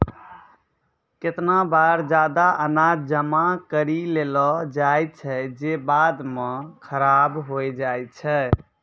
केतना बार जादा अनाज जमा करि लेलो जाय छै जे बाद म खराब होय जाय छै